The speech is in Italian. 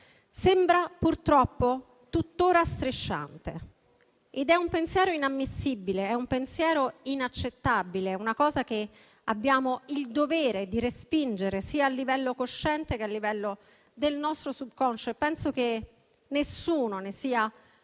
sembra purtroppo tuttora strisciante ed è un pensiero inammissibile, inaccettabile; è un qualcosa che abbiamo il dovere di respingere, sia a livello cosciente che a livello del nostro subconscio, e penso che nessuno ne sia davvero